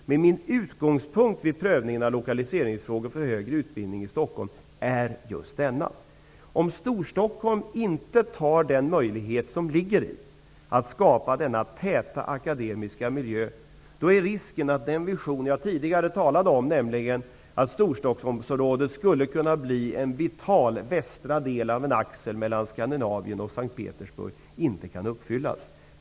Men min uppgift vid prövningen av lokaliseringsfrågor för högre utbildning i Stockholm är just denna. Om Storstockholm inte tar den möjlighet som finns att skapa denna täta akademiska miljö, är risken att den vision jag tidigare talade om, nämligen att Storstockholmsområdet skulle bli en vital västra del av en axel mellan Skandinavien och S:t Petersburg, inte kan uppfyllas.